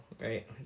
right